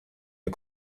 der